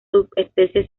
subespecie